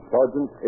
Sergeant